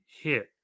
hit